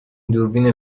دوربین